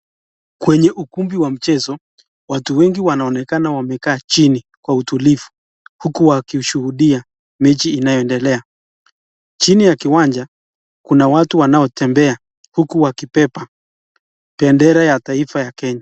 Kwenye ukumbi wa mchezo watu wengi wanaonekana wamekaa chini kwa utulivu huku wakishuhudia mechi inayoendelea. Chini ya kiwanja kuna watu wanaotembea huku wakibeba bendera ya taifa ya Kenya.